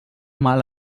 mal